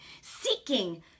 seeking